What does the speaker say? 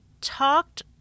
talked